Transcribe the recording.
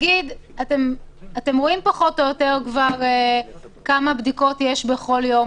אתם רואים כמה בדיקות יש בכל יום,